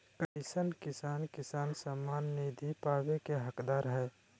कईसन किसान किसान सम्मान निधि पावे के हकदार हय?